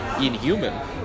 inhuman